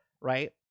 right